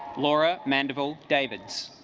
laura mandeville david's